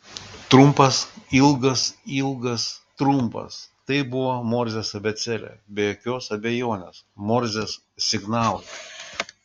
trumpas ilgas ilgas trumpas tai buvo morzės abėcėlė be jokios abejonės morzės signalai